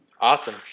Awesome